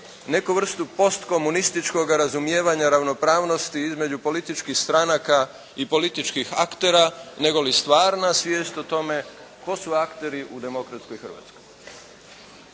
neku vrstu postkomunističkoga razumijevanja ravnopravnosti između političkih stranaka i političkih aktera nego li stvarna svijest o tome tko su akteri u demokratskoj Hrvatskoj.